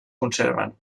conserven